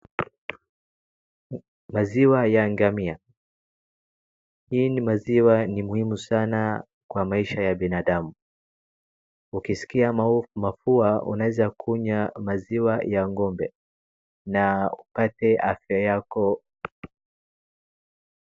Maziwa ya ngamia. Hii ni maziwa ni muhimu kwa maisha ya binadamu. Ukisikia mapua unaeza kunywa maziwa ya ngombe na upate afya yako.